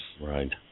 Right